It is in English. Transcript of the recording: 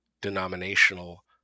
denominational